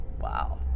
Wow